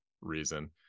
reason